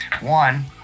one